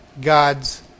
God's